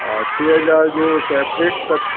हा छह हज़ार जो सेपरेट अथनि